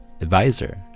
advisor